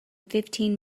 fifteen